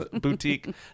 boutique